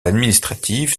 administrative